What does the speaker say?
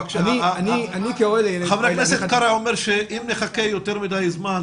אני כהורה לילדים --- חבר הכנסת קרעי אומר שאם נחכה יותר מדי זמן,